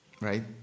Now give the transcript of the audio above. Right